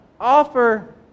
offer